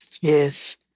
Yes